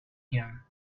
him